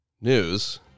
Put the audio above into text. News